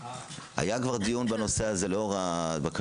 היה כבר דיון בנושא הזה לאור הבקשה,